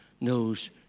knows